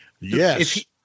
yes